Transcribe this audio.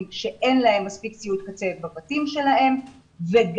שאין להם מספיק ציוד קצה בבתים שלהם וגם,